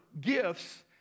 gifts